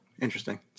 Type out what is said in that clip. Interesting